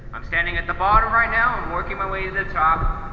i'm standing at the bottom right now. i'm working my way to the top.